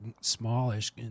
smallish